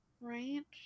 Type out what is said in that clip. right